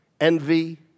envy